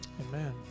Amen